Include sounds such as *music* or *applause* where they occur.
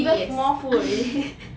yes *laughs*